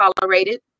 tolerated